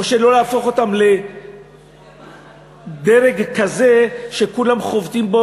או שלא נהפוך אותם לדרג כזה שכולם חובטים בו